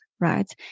right